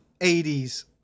80s